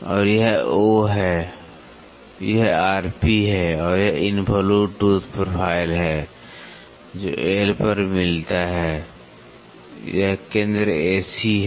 और यह O है यह है और यह इनवॉल्यूट टूथ प्रोफाइल है जो L पर मिलता है यह केंद्र A C है